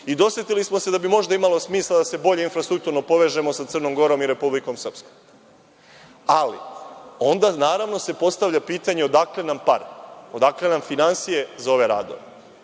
Dosetili smo se da bi možda imalo smisla da se bolje infrastrukturno povežemo sa Crnom Gorom i Republikom Srpskom, ali onda se postavlja pitanje – odakle nam pare, odakle nam finansije za ove